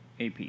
AP